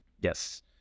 Yes